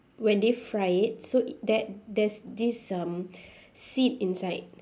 when they fry it so that there's this um seed inside